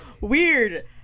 weird